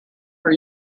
for